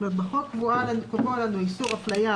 זאת אומרת בחוק קבוע לנו איסור אפליה,